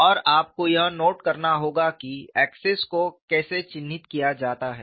और आपको यह नोट करना होगा कि एक्सेस को कैसे चिह्नित किया जाता है